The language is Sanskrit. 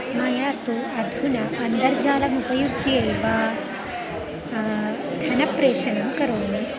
मया तु अधुना अन्तर्जालमुपयुज्य एव धनप्रेषणं करोमि